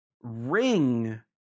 ring